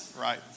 right